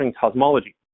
cosmology